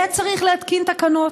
היה צריך להתקין תקנות,